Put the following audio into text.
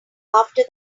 after